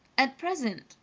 at present?